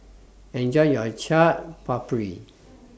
Enjoy your Chaat Papri